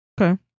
Okay